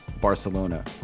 Barcelona